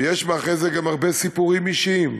ויש מאחורי זה גם הרבה סיפורים אישיים: